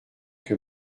que